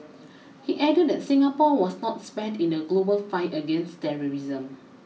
he added that Singapore was not spared in the global fight against terrorism